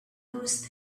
those